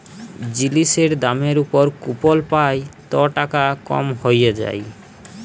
জিলিসের দামের উপর কুপল পাই ত টাকা কম হ্যঁয়ে যায়